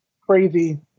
crazy